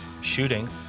shooting